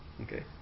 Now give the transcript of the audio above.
Okay